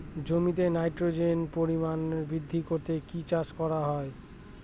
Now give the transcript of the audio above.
জমিতে নাইট্রোজেনের পরিমাণ বৃদ্ধি করতে কি চাষ করা হয়?